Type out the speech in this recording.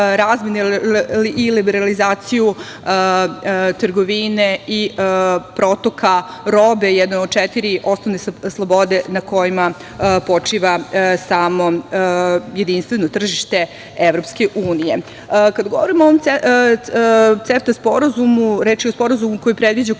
i liberalizaciju trgovine i protoka robe, jedne od četiri osnovne slobode na kojima počiva samo jedinstveno tržište EU.Kada govorimo o ovom CEFTA sporazumu reč je o sporazumu koji predviđa kumulaciju